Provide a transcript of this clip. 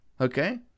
okay